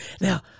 Now